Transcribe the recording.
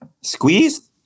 Squeeze